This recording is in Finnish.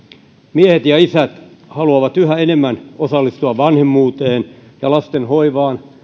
miehet ja isät haluavat yhä enemmän osallistua vanhemmuuteen ja lasten hoivaan